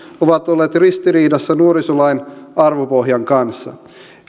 ovat olleet ristiriidassa nuorisolain arvopohjan kanssa